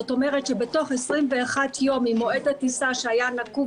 זאת אומרת שבתוך 21 יום ממועד הטיסה שהיה נקוב